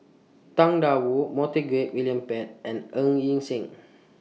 Tang DA Wu Montague William Pett and Ng Yi Sheng